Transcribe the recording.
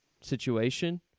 situation